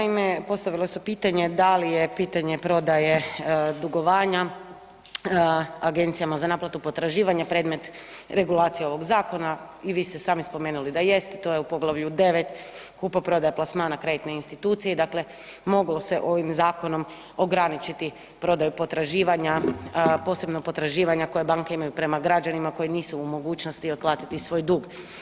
Naime, postavila su pitanje, da li je pitanje prodaje dugovanja agencijama za naplatu potraživanja predmet regulacije ovog zakona i vi ste i sami spomenuli da jest, to je u poglavlju 9. kupoprodaje plasmana kreditne institucije i dakle, moglo se ovim zakonom ograničiti prodaju potraživanja, posebno potraživanja koje banke imaju prema građanima koji nisu u mogućnosti otplatiti svoj dug.